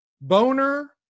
Boner